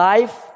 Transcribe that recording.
Life